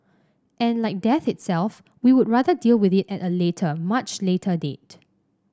and like death itself we would rather deal with it at a later much later date